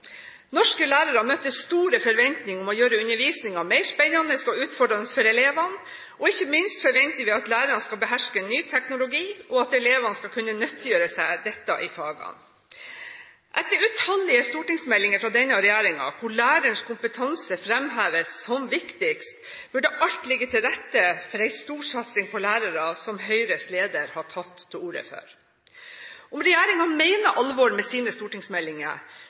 Norske lærere møter store forventninger om å gjøre undervisningen mer spennende og utfordrende for elevene, ikke minst forventer vi at lærerne skal beherske ny teknologi, og at elevene skal kunne nyttiggjøre seg dette i fagene. Etter utallige stortingsmeldinger fra denne regjeringen, hvor lærerens kompetanse fremheves som viktigst, burde alt ligge til rette for en stor satsing på lærere, som Høyres leder har tatt til orde for. Om regjeringen mener alvor med sine stortingsmeldinger,